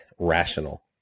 rational